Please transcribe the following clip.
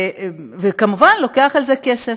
וכמובן לוקחים על זה כסף.